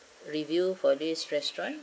review for this restaurant